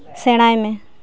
ᱥᱮᱬᱟᱭ ᱢᱮ